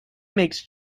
makes